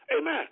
Amen